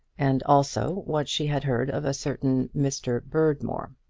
and also what she had heard of a certain mr. berdmore.